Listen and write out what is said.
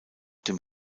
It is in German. dem